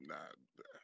Nah